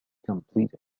complete